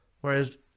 Whereas